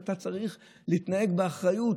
אתה צריך להתנהג באחריות,